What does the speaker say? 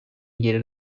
geri